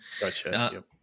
Gotcha